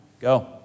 go